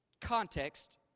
context